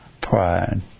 Pride